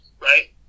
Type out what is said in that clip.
right